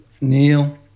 Neil